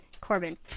Corbin